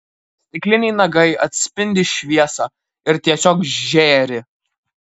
stikliniai nagai atspindi šviesą ir tiesiog žėri